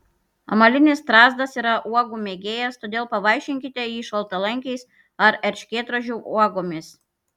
amalinis strazdas yra uogų mėgėjas todėl pavaišinkite jį šaltalankiais ar erškėtrožių uogomis